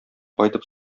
кайтып